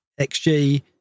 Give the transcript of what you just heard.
XG